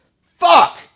Fuck